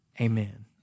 amen